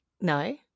No